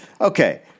Okay